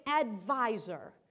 advisor